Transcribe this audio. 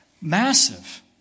massive